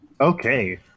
Okay